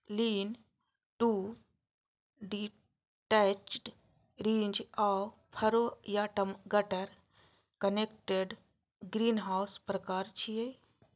lean to detached, ridge आ furrow या gutter connected ग्रीनहाउसक प्रकार छियै